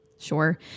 sure